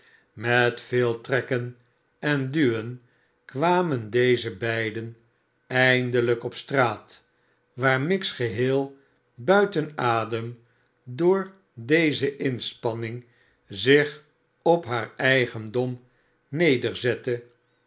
met veel trekken en duwen kwamen deze beide eindelijk op straat waar miggs geheel buiten adem door deze inspanning zich op haar eigendom